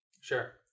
Sure